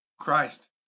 Christ